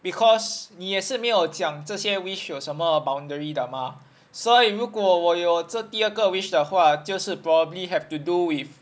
cause 你也是没有讲这些 wish 有什么 boundary 的 mah 所以如果我有这第二个 wish 的话就是 probably have to do with